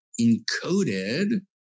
encoded